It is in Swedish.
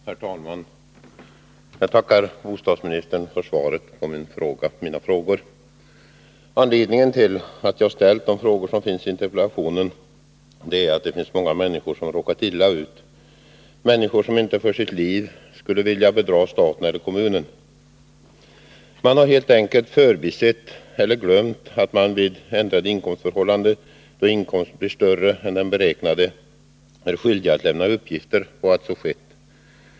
Herr talman! Jag tackar bostadsministern för svaret på mina frågor. Anledningen till att jag ställt de frågor som finns i interpellationen är att många människor råkat illa ut, människor som inte för sitt liv skulle vilja bedra staten eller kommunen. De har helt enkelt förbisett eller glömt att man vid ändrade inkomstförhållanden, då inkomsten blir större än den beräknade, är skyldig att lämna uppgift om att så skett.